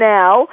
now